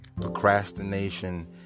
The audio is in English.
Procrastination